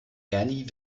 ernie